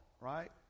right